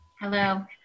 Hello